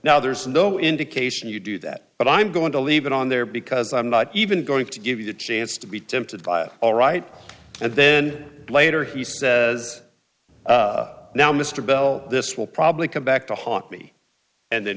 now there's no indication you do that but i'm going to leave it on there because i'm not even going to give you the chance to be tempted by it all right and then later he says now mr bell this will probably come back to haunt me and